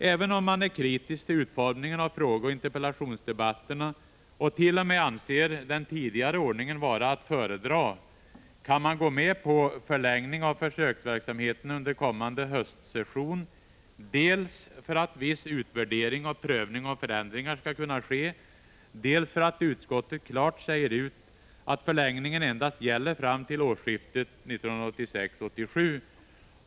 Även om man är kritisk till utformningen av frågeoch interpellationsdebatterna och t.o.m. anser den tidigare ordningen vara att föredra, kan man gå med på förlängning av försöksverksamheten under kommande höstsession dels för att viss utvärdering och prövning av förändringar skall kunna ske, dels därför att utskottet klart säger ut att förlängningen endast gäller fram till årsskiftet 1986-1987.